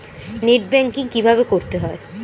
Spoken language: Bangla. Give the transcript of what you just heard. নেট ব্যাঙ্কিং কীভাবে করতে হয়?